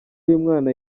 y’umwana